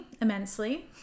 immensely